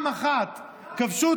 לשחרר,